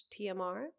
tmr